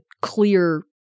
clear